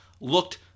looked